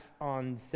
on